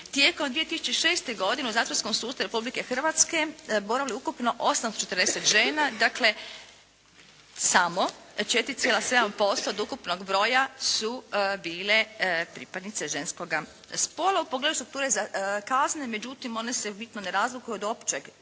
tijekom 2006. godine u zatvorskom sustavu Republike Hrvatske boravi ukupno 840 žena, dakle samo 4,7% od ukupnog broja su bile pripadnice ženskoga spola. U pogledu strukture kazne međutim one se bitno ne razlikuju od općeg